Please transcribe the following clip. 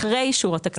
אחרי אישור התקציב.